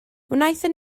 wnaethon